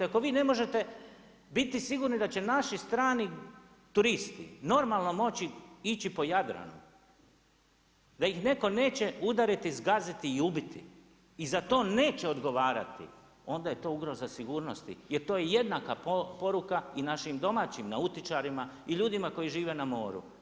Ako vi ne možete biti sigurni da će naši strani turisti normalno moći ići po Jadranu da ih netko neće udariti, zgaziti i ubiti i za to neće odgovarati, onda je to ugroza sigurnosti jer to je jednaka poruka i našim domaćim nautičarima i ljudima koji žive na moru.